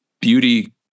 beauty